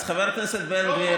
הוא פגע בך.